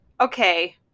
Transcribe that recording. okay